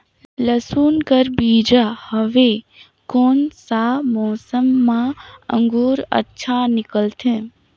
लसुन कर बीजा हवे कोन सा मौसम मां अंकुर अच्छा निकलथे?